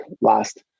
last